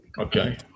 Okay